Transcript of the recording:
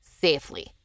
Safely